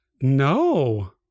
No